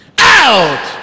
Out